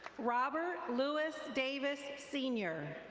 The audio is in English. robert lewis davis sr.